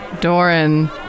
Doran